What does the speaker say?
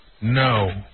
No